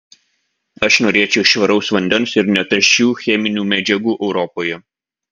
aš norėčiau švaraus vandens ir netaršių cheminių medžiagų europoje